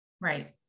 Right